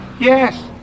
Yes